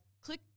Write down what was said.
Click